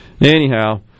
anyhow